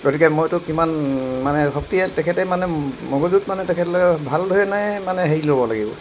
গতিকে মইতো কিমান মানে শক্তিয়ে তেখেতে মানে মগজুত মানে তেখেতলোকে ভাল ধৰণে মানে হেৰি ল'ব লাগিব